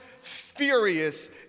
furious